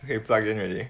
okay plugin already